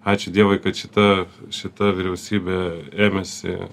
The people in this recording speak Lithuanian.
ačiū dievui kad šita šita vyriausybė ėmėsi